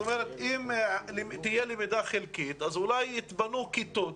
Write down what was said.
זאת אומרת, אם תהיה למידה חלקית, אולי יתפנו כיתות